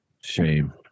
Shame